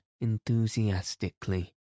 enthusiastically